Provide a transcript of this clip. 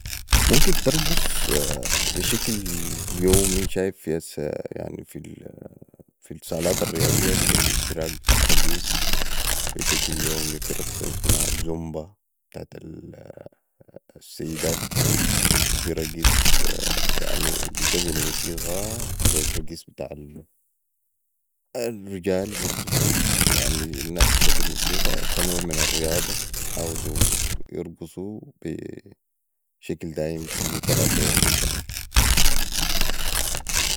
ممكن ترقص بشكل يومي شايف في هسع في الصالات الرياضية في اشتراك بتاع رقيص بشكل يومي في رقصة اسمها زومبه بتاعت السيدات وفي رقيص يعني بشغلو موسيقى لي الرقيص بتاع الرجال برضو يعني الناس تشغل موسيقي كنوع من الرياضة يحاولويرقصو بي شكل دائم كلو تلاته يوم مثلا